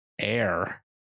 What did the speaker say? Air